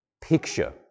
Picture